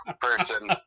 person